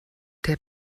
der